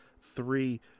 three